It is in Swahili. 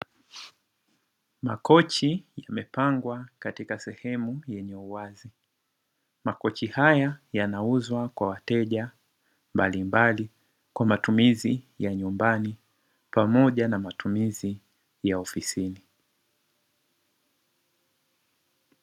Makochi yamepangwa katika sehemu yenye uwazi, makochi haya yanauzwa kwa wateja mbalimbali kwa matumizi ya nyumbani pamoja na matumizi ya ofisini.